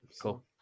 Cool